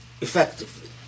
effectively